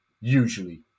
usually